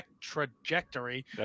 trajectory